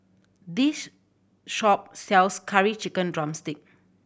this shop sells Curry Chicken drumstick